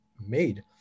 made